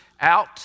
out